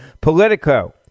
Politico